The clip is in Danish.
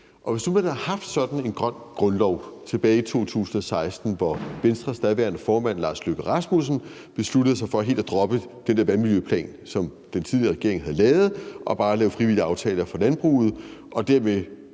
hvis nu man havde haft sådan en grøn grundlov tilbage i 2016, hvor Venstres daværende formand, Lars Løkke Rasmussen, besluttede sig for helt at droppe den vandmiljøplan, som den tidligere regering havde lavet, og bare lave frivillige aftaler for landbruget – noget,